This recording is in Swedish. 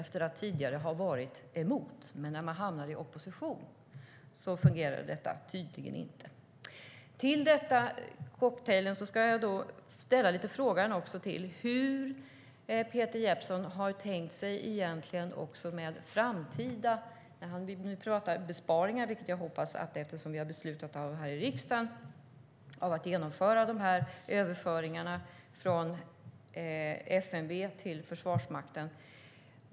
Man hade tidigare varit för, men när man hamnade i opposition fungerade detta tydligen inte. Till denna cocktail ska jag också tillsätta frågan hur Peter Jeppsson egentligen har tänkt sig framtiden. Han vill nu prata besparingar, vilket jag hoppas eftersom vi har beslutat här i riksdagen att genomföra de här överföringarna från FMV till Försvarsmakten.